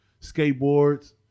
skateboards